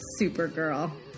Supergirl